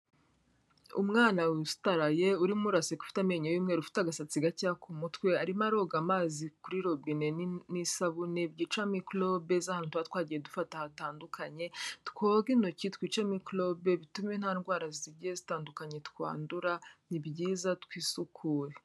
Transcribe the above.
Umwana usutaraye urimo uraseka, ufite amenyo y'umweru, ufite agasatsi gake ku mutwe arimo aroga amazi kuri robine n'isabune byica mikorobe z'ahantu tuba twagiye dufata hatandukanye, twoga intoki twice mikorobe bitume nta ndwara zigiye zitandukanye twandura, ni byiza twisukure.